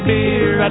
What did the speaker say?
Beer